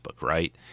right